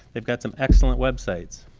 they've got some excellent websites.